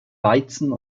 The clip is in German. weizen